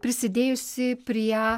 prisidėjusi prie